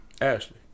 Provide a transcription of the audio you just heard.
Ashley